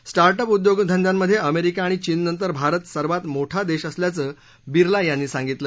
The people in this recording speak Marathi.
स्टार्ट अप उद्योगधंद्यांमधे अमेरिका आणि चीन नंतर भारत सर्वात मोठा देश असल्याचं बिर्ला यांनी सांगितलं